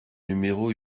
numéro